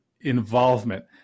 involvement